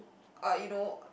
uh you know